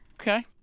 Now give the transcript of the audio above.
Okay